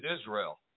Israel